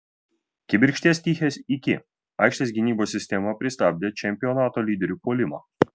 kibirkšties tichės iki aikštės gynybos sistema pristabdė čempionato lyderių puolimą